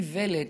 איוולת,